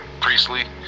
Priestley